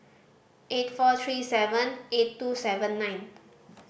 eight four three seven eight two seven nine